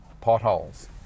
potholes